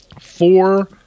four